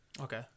Okay